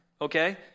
okay